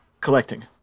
collecting